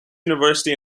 university